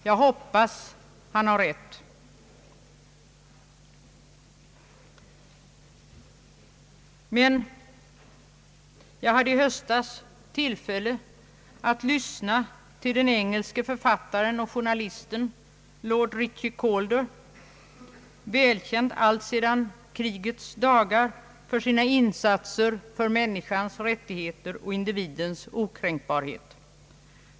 Jag hoppas han har rätt. Men jag hade i höstas tillfälle att lyssna till den engelske författaren och journalisten lord Ritchie Calder, välkänd alltsedan kriget för sina insatser för människans rättigheter och individens okränkbarhet.